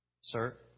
Sir